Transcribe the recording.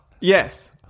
Yes